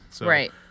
Right